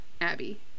Abby